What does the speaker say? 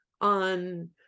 on